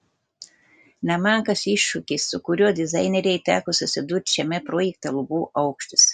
nemenkas iššūkis su kuriuo dizainerei teko susidurti šiame projekte lubų aukštis